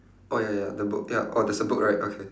oh ya ya the book ya orh there's a book right okay